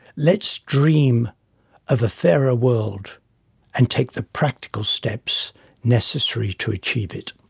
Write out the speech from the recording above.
let's dream of a fairer world and take the practical steps necessary to achieve it